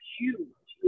huge